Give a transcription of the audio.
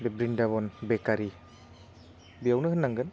बे ब्रिन्दाबन बेकारि बेयावनो होननांगोन